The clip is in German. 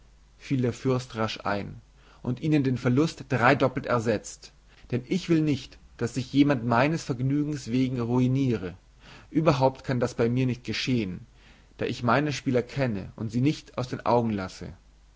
der fürst rasch ein und ihnen den verlust dreidoppelt ersetzt denn ich will nicht daß sich jemand meines vergnügens wegen ruiniere überhaupt kann das bei mir nicht geschehen da ich meine spieler kenne und sie nicht aus den augen lasse